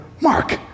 Mark